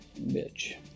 Bitch